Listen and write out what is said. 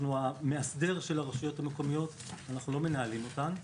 אנחנו המאסדר של הרשויות המקומיות ולא המנהלים שלהן.